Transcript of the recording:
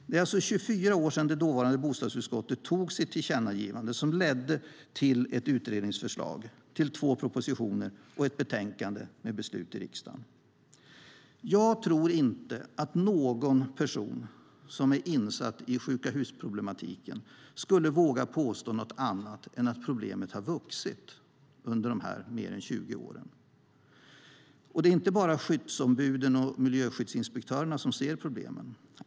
Det är alltså 24 år sedan det dåvarande bostadsutskottet gjorde sitt tillkännagivande som ledde till ett utredningsförslag, två propositioner och ett betänkande med beslut i riksdagen. Jag tror inte att någon person som är insatt i sjuka-hus-problematiken skulle våga påstå något annat än att problemet har vuxit under dessa mer än 20 år. Det är inte bara skyddsombuden och miljöskyddsinspektörerna som ser problemen.